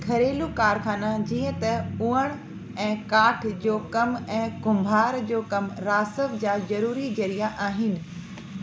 घरेलू कारखाना जीअं त उञण ऐं काठ जो कम ऐं कुंभार जो कमु रासव जा ज़रूरी ज़रिया आहिनि